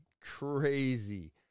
crazy